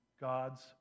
God's